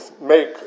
make